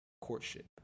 courtship